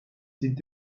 sind